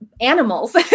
animals